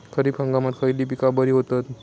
खरीप हंगामात खयली पीका बरी होतत?